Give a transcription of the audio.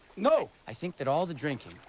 no. i think that all the drinking,